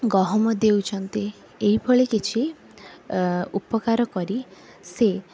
ଗହମ ଦେଉଛନ୍ତି ଏଇଭଳି କିଛି ଉପକାର କରି ସେ